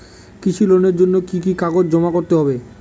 কৃষি লোনের জন্য কি কি কাগজ জমা করতে হবে?